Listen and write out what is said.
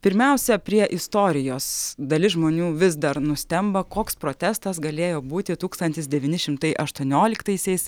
pirmiausia prie istorijos dalis žmonių vis dar nustemba koks protestas galėjo būti tūkstantis devyni šimtai aštuonioliktaisiais